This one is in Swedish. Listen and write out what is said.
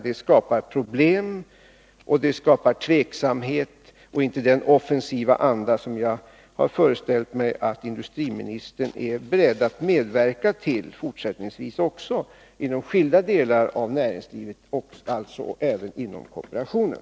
Det skapar problem, det skapar tveksamhet och inte den offensiva anda som jag föreställer mig att industriministern är beredd att medverka till fortsättningsvis inom skilda delar av näringslivet och alltså även inom kooperationen.